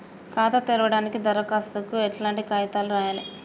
ఖాతా తెరవడానికి దరఖాస్తుకు ఎట్లాంటి కాయితాలు రాయాలే?